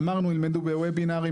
אמרנו שילמדו ב"וובינרים",